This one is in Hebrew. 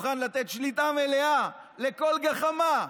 מוכן לתת שליטה מלאה לכל גחמה,